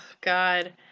God